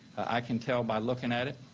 i can tell by looking at it.